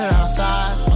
outside